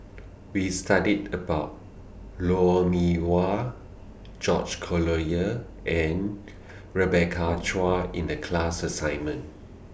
We studied about Lou Mee Wah George Collyer and Rebecca Chua in The class assignment